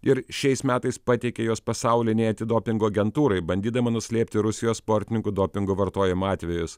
ir šiais metais pateikė juos pasaulinei antidopingo agentūrai bandydama nuslėpti rusijos sportininkų dopingo vartojimo atvejus